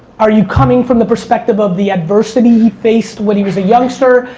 are you coming from the perspective of the adversity he faced when he was a youngster?